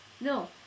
No